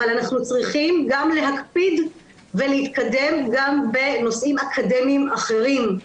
אבל אנחנו צריכים גם להקפיד ולהתקדם גם בנושאים אקדמיים אחרים.